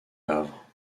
havre